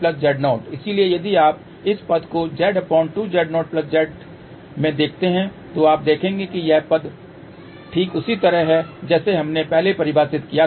इसलिए यदि आप इस पद को Z2Z0Z में देखते हैं तो आप देखेंगे कि यह पद ठीक उसी तरह है जैसे हमने पहले परिभाषित किया था